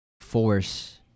force